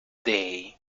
day